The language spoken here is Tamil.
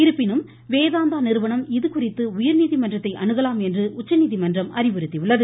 இருப்பினும் வேதாந்தா நிறுவனம் இதுகுறித்து உயா்நீதிமன்றத்தை அணுகலாம் என்று உச்சநீதிமன்றம் அனுமதி வழங்கியுள்ளது